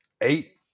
eight